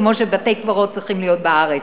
כמו שבתי-קברות צריכים להיות בארץ.